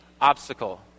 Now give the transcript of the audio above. obstacle